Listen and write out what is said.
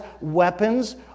weapons